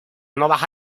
nova